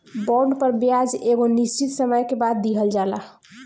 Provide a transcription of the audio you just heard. bond पर ब्याज एगो निश्चित समय के बाद दीहल जाला